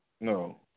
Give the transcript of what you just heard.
No